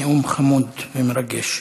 נאום חמוד ומרגש.